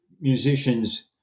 musicians